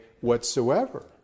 whatsoever